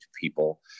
people